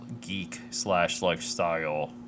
geek-slash-lifestyle